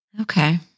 Okay